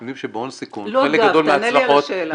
אתם יודעים שבהון סיכון --- תענה לי על השאלה.